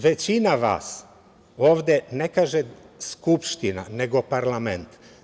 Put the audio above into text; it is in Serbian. Većina vas ovde ne kaže "Skupština" nego "parlament"